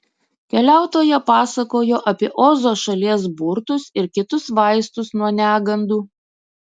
keliautoja pasakojo apie ozo šalies burtus ir kitus vaistus nuo negandų